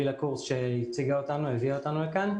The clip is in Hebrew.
גילה קורץ שהציגה והביאה אותנו לכאן.